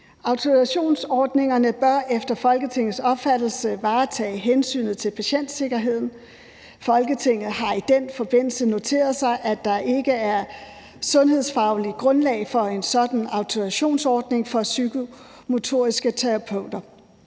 »Autorisationsordninger bør efter Folketingets opfattelse varetage hensynet til patientsikkerheden. Folketinget har i den forbindelse noteret sig, at der ikke er sundhedsfagligt grundlag for en sådan autorisationsordning for psykomotoriske terapeuter,